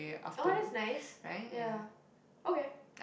orh that's nice ya okay